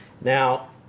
Now